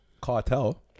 Cartel